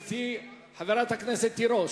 חברת הכנסת תירוש,